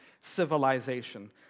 civilization